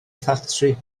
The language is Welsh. ffatri